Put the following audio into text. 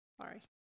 sorry